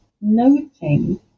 noting